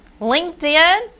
LinkedIn